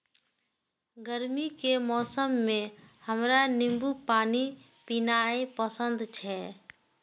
गर्मी के मौसम मे हमरा नींबू पानी पीनाइ पसंद छै